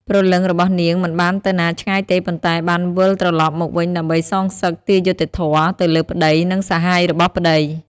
ព្រលឹងរបស់នាងមិនបានទៅណាឆ្ងាយទេ ប៉ុន្តែបានវិលត្រឡប់មកវិញដើម្បី សងសឹក ទារយុត្តិធម៌ ទៅលើប្ដី និងសាហាយរបស់ប្តី។